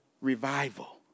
Revival